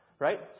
Right